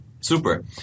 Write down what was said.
Super